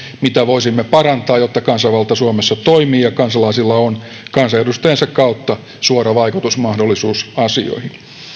mitä voisimme parantaa jotta kansanavalta suomessa toimii ja kansalaisilla on kansanedustajiensa kautta suora vaikutusmahdollisuus asioihin